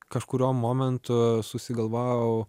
kažkuriuo momentu susigalvojau